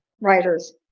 writers